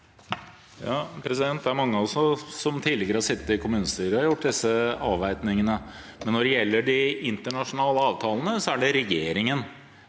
(V) Det er mange av oss som tidligere har sittet i kommunestyret og foretatt disse avveiningene. Men når det gjelder de internasjonale avtalene, er det regjeringen